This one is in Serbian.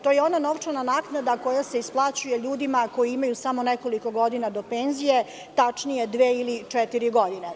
To je ona novčana naknada koja se isplaćuje ljudima koji imaju samo nekoliko godina do penzije, tačnije dve ili četiri godine.